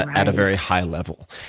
at a very high level.